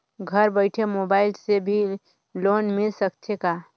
घर बइठे मोबाईल से भी लोन मिल सकथे का?